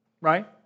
Right